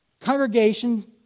congregation